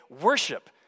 worship